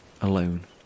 alone